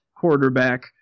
quarterback